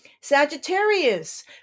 Sagittarius